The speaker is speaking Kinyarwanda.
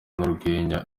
n’urwenya